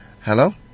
Hello